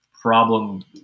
problem